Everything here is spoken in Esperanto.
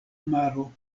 maro